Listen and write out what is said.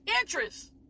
interest